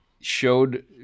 showed